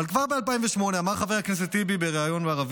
אבל כבר ב-2008 אמר חבר הכנסת טיבי בריאיון בערבית: